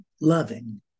loving